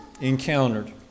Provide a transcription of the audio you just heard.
encountered